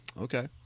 Okay